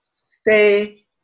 stay